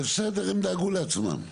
אז בסדר, הם דאגו לעצמם.